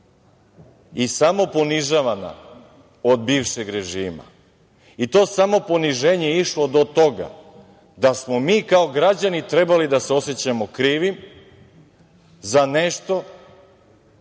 i samoponižavanja od bivšeg režima i to samoponiženje je išlo do toga da smo mi kao građani trebali da se osećamo krivim za nešto